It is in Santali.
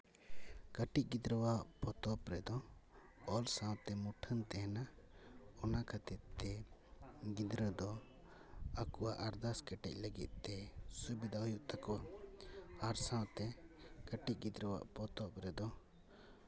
ᱠᱟᱹᱴᱤᱡ ᱜᱤᱫᱽᱨᱟᱹᱣᱟᱜ ᱯᱚᱛᱚᱵ ᱨᱮᱫᱚ ᱚᱞ ᱥᱟᱶᱛᱮ ᱢᱩᱴᱷᱟᱹᱱ ᱛᱟᱦᱮᱱᱟ ᱚᱱᱟ ᱠᱷᱟᱹᱛᱤᱨ ᱛᱮ ᱜᱤᱫᱽᱨᱟᱹ ᱫᱚ ᱟᱠᱚᱣᱟᱜ ᱟᱨᱫᱟᱥ ᱠᱮᱴᱮᱡ ᱞᱟᱹᱜᱤᱫ ᱛᱮ ᱥᱩᱵᱤᱫᱷᱟ ᱦᱩᱭᱩᱜ ᱛᱟᱠᱚ ᱟᱨ ᱥᱟᱶᱛᱮ ᱠᱟᱹᱴᱤᱡ ᱜᱤᱫᱽᱨᱟᱹ ᱟᱜ ᱯᱚᱛᱚᱵ ᱨᱮᱫᱚ